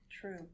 True